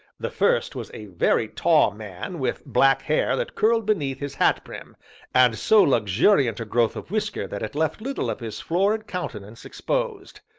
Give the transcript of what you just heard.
the first was a very tall man with black hair that curled beneath his hat-brim, and so luxuriant a growth of whisker that it left little of his florid countenance exposed.